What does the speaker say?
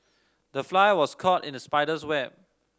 the fly was caught in the spider's web